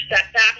setback